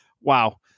Wow